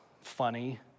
funny